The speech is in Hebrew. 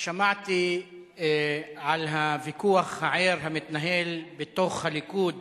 שמעתי על הוויכוח הער המתנהל בתוך הליכוד